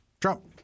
Trump